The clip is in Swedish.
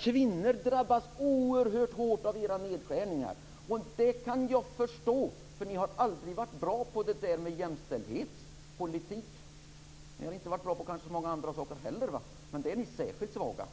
Kvinnor drabbas oerhört hårt av era nedskärningar. Det kan jag förstå, för ni har aldrig varit bra på det där med jämställdhetspolitik. Ni har kanske inte heller varit bra på många andra saker, men i fråga om jämställdhetspolitik är ni särskilt svaga.